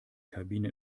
kabine